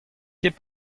ket